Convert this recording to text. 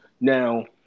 Now